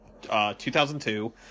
2002